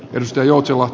riski joutua